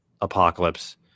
apocalypse